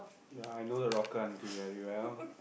ya I know the locker auntie very well